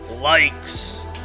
likes